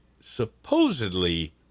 supposedly